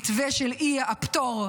המתווה של האי-פטור מגיוס,